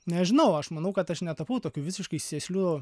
nežinau aš manau kad aš netapau tokiu visiškai sėsliu